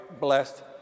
blessed